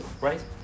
right